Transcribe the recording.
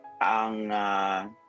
ang